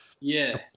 Yes